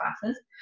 classes